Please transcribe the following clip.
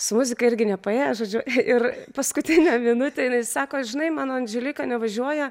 su muzika irgi nepaėjo žodžiu ir paskutinę minutę jinai sako žinai mano andželika nevažiuoja